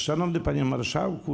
Szanowny Panie Marszałku!